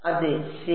അതെ ശരി